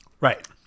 Right